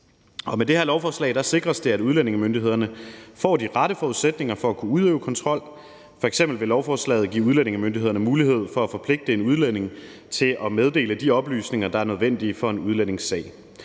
Med det her lovforslag sikres det, at udlændingemyndighederne får de rette forudsætninger for at kunne udøve kontrol. F.eks. vil lovforslaget give udlændingemyndighederne mulighed for at forpligte en udlænding til at meddele de oplysninger, der er nødvendige for en udlændings sag.